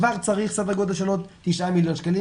כבר צריך סדר גודל של עוד 9 מיליון שקלים